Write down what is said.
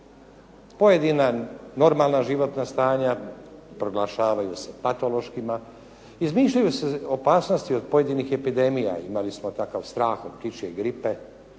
Pojedina normalna životna stanja proglašavaju se patološkima, izmišljaju se opasnosti od pojedinih epidemija. Imali smo takav strah od ptičje gripe,